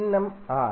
சின்னம் R